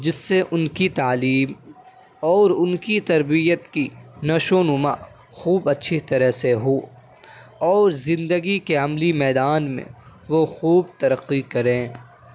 جس سے ان کی تعلیم اور ان کی تربیت کی نشوونما خوب اچھی طرح سے ہو اور زندگی کے عملی میدان میں وہ خوب ترقی کریں